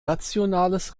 nationales